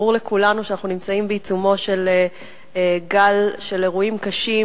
ברור לכולנו שאנחנו נמצאים בעיצומו של גל של אירועים קשים,